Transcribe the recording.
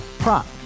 Prop